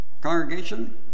Congregation